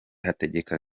hategeka